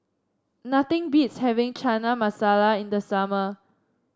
nothing beats having Chana Masala in the summer